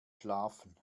schlafen